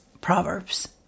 Proverbs